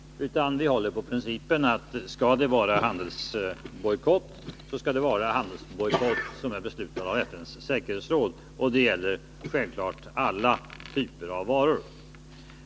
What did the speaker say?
Vi håller på principen att handelsbojkotter skall beslutas av FN:s säkerhetsråd. Detta gäller självfallet alla typer av varor.